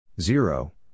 Zero